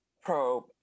probe